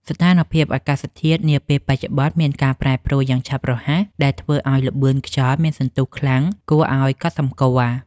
ស្ថានភាពអាកាសធាតុនាពេលបច្ចុប្បន្នមានការប្រែប្រួលយ៉ាងឆាប់រហ័សដែលធ្វើឱ្យល្បឿនខ្យល់មានសន្ទុះខ្លាំងគួរឱ្យកត់សម្គាល់។